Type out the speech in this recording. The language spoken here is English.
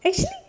actually